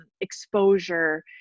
exposure